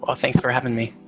ah thanks for having me.